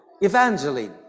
evangeline